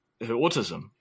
autism